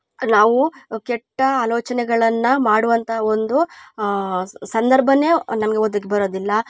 ನಾವು ಕೆಟ್ಟ ಆಲೋಚನೆಗಳನ್ನ ಮಾಡುವಂಥ ಒಂದು ಸಂದರ್ಭ ನಮ್ಗೆ ಒದಗಿ ಬರೋದಿಲ್ಲ